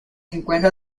encuentra